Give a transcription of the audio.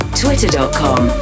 twitter.com